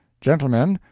gentlemen,